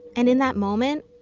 and in that moment,